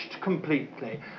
completely